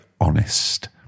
honest